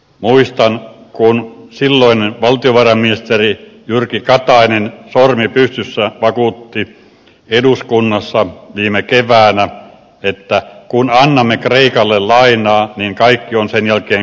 muistan kun silloinen valtiovarainministeri jyrki katainen sormi pystyssä vakuutti eduskunnassa viime keväänä että kun annamme kreikalle lainaa niin kaikki on sen jälkeen kunnossa